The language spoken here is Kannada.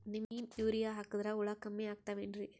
ನೀಮ್ ಯೂರಿಯ ಹಾಕದ್ರ ಹುಳ ಕಮ್ಮಿ ಆಗತಾವೇನರಿ?